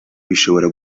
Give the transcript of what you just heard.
bishobora